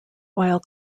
while